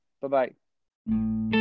Bye-bye